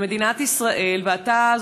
מדינת ישראל ואתה,